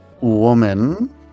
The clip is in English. woman